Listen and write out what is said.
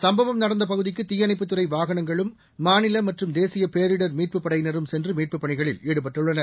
சும்பவம் நடந்த பகுதிக்கு தீயணைப்புத் துறை வாகணங்களும் மாநில மற்றும் தேசிய பேரிடர் மீட்புப் படையினரும் சென்று மீட்புப் பணிகளில் ஈடுபட்டுள்ளனர்